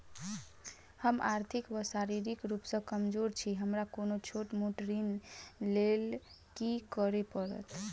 हम आर्थिक व शारीरिक रूप सँ कमजोर छी हमरा कोनों छोट मोट ऋण लैल की करै पड़तै?